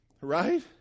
Right